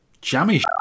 Jammy